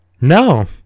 No